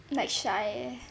like shy eh